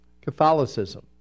catholicism